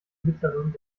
mittleren